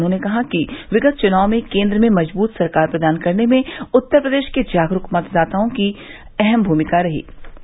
उन्होंने कहा कि विगत चुनाव में केन्द्र में मजुबूत सरकार प्रदान करने में उत्तर प्रदेश के जागरूक मतदाताओं ने अहम भूमिका निभाई थी